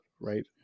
right